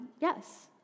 yes